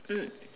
mm